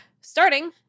starting